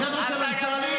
אנחנו החבר'ה של אמסלם.